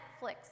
Netflix